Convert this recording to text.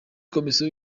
komisiyo